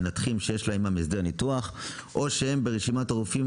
מנתחים שיש לה עימם הסדר ניתוח או שהם ברשימת הרופאים